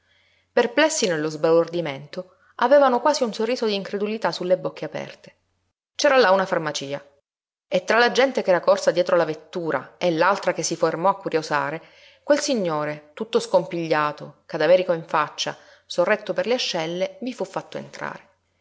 perplessi nello sbalordimento avevano quasi un sorriso d'incredulità sulle bocche aperte c'era là una farmacia e tra la gente ch'era corsa dietro la vettura e l'altra che si fermò a curiosare quel signore tutto scompigliato cadaverico in faccia sorretto per le ascelle vi fu fatto entrare